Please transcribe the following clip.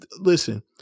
listen